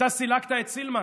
אתה סילקת את סילמן,